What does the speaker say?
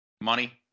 Money